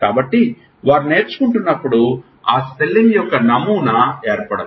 కాబట్టి వారు నేర్చుకుంటున్నప్పుడు ఆ స్పెల్లింగ్ యొక్క నమూనా ఏర్పడదు